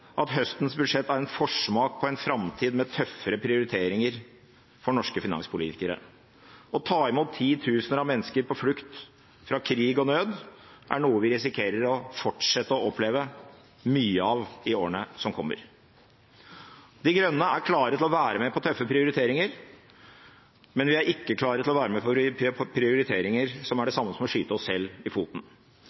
at høstens budsjett er en forsmak på en framtid med tøffere prioriteringer for norske finanspolitikere. Å ta imot 10 000 mennesker på flukt fra krig og nød er noe vi risikerer å fortsette å oppleve mye av i årene som kommer. De Grønne er klar til å være med på tøffe prioriteringer, men vi er ikke klar til å være med på prioriteringer som er det samme som å skyte oss selv i foten.